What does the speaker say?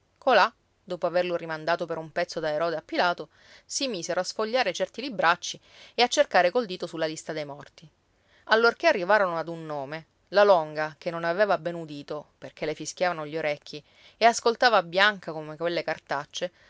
lui colà dopo averlo rimandato per un pezzo da erode a pilato si misero a sfogliare certi libracci e a cercare col dito sulla lista dei morti allorché arrivarono ad un nome la longa che non aveva ben udito perché le fischiavano gli orecchi e ascoltava bianca come quelle cartacce